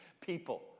people